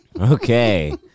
Okay